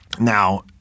Now